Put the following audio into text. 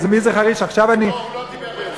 לא, הוא לא דיבר ברצינות.